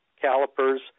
calipers